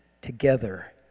together